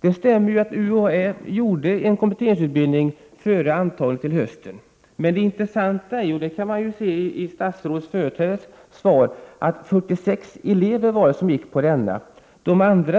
Det stämmer att UHÄ anordnade en kompletteringsutbildning före intagningen till hösten. Men det intressanta är, och det kan man se av statsrådets företrädares svar, att 46 elever gick på denna.